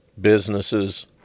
businesses